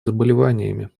заболеваниями